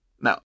Now